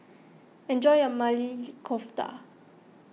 enjoy your Maili Kofta